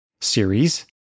series